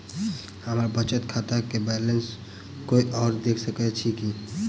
हम्मर बचत खाता केँ बैलेंस कोय आओर देख सकैत अछि की